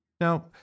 Now